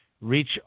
Reach